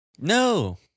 No